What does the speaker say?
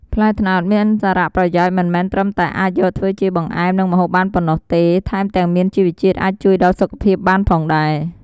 ផ្លែត្នោតមានសារៈប្រយោជន៍ មិនមែនត្រឹមតែអាចយកធ្វើជាបង្អែម និងម្ហូបបានប៉ុណ្ណោះទេ ថែមទាំងមានជីវជាតិអាចជួយដល់សុខភាពបានផងដែរ។